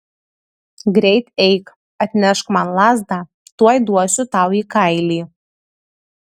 greit eik atnešk man lazdą tuoj duosiu tau į kailį